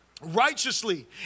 righteously